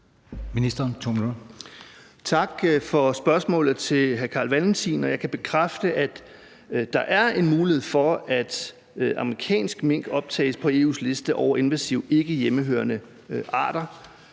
for spørgsmålet. Jeg kan bekræfte, at der er en mulighed for, at amerikansk mink optages på EU's liste over invasive ikkehjemmehørende arter,